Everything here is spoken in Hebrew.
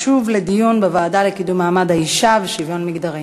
לוועדה לקידום מעמד האישה ולשוויון מגדרי